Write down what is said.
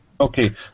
Okay